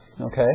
okay